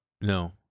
no